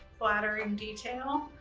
flattering detail.